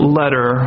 letter